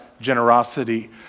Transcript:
generosity